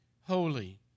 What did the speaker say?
holy